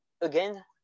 again